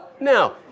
Now